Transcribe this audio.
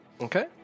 Okay